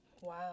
Wow